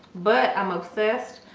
but i'm obsessed.